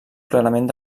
clarament